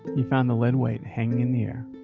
he found the lead weight hanging in the air,